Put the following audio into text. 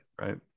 right